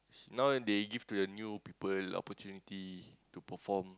now they give to the new people opportunity to perform